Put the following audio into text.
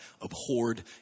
abhorred